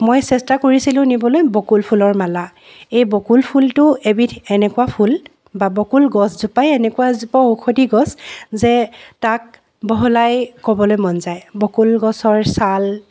মই চেষ্টা কৰিছিলো নিবলৈ বকুল ফুলৰ মালা এই বকুল ফুলটো এবিধ এনেকুৱা ফুল বা বকুল গছজোপাই এনেকুৱা এজোপা ঔষধি গছ যে তাক বহলাই ক'বলৈ মন যায় বকুল গছৰ ছাল